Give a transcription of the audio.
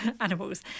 animals